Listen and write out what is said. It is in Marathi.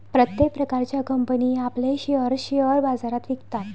प्रत्येक प्रकारच्या कंपनी आपले शेअर्स शेअर बाजारात विकतात